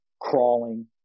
crawling